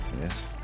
Yes